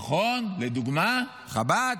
נכון, לדוגמה חב"ד.